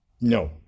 no